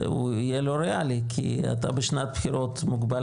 יהיה לא ריאלי כי אתה בשנת בחירות מוגבל